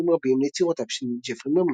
רבים ליצירותיו של ג'פרי ממונמות'.